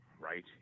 right